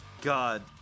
God